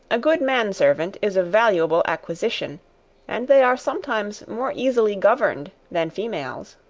a good man-servant is a valuable acquisition and they are sometimes more easily governed than females.